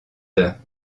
heures